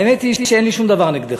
האמת היא שאין לי שום דבר נגדך,